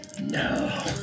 No